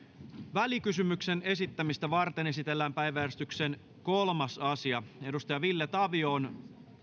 välikysymyksen esittämistä varten esitellään päiväjärjestyksen kolmas asia edustaja ville